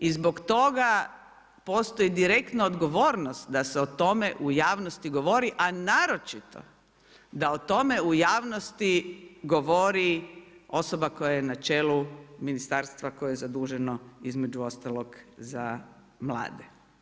I zbog toga postoji direktna odgovornost da se o tome u javnosti govori, a naročito da o tome u javnosti govori osoba koja je na čelu ministarstva koje je zaduženo između ostalog za mlade.